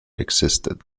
existed